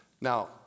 Now